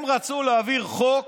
הם רצו להעביר חוק,